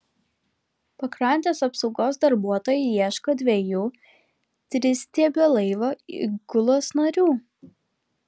pakrantės apsaugos darbuotojai ieško dviejų tristiebio laivo įgulos narių